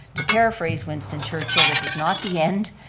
to paraphrase winston churchill, this is not the end,